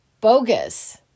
bogus